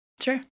Sure